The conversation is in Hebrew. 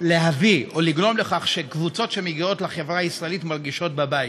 להביא או לגרום לכך שקבוצות שמגיעות לחברה הישראלית מרגישות בבית.